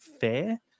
fair